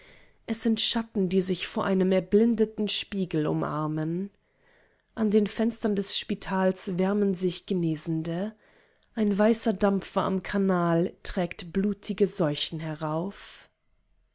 es sind schatten die sich vor einem erblindeten spiegel umarmen an den fenstern des spitals wärmen sich genesende ein weißer dampfer am kanal trägt blutige seuchen herauf